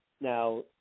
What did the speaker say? Now